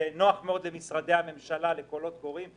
זה נוח מאוד למשרדי הממשלה בקולות קוראים,